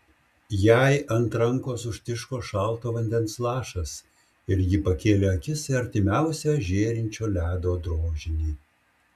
jai ant rankos užtiško šalto vandens lašas ir ji pakėlė akis į artimiausią žėrinčio ledo drožinį